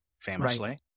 famously